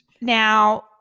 Now